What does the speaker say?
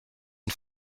une